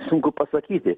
sunku pasakyti